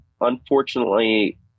Unfortunately